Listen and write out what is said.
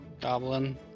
goblin